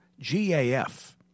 GAF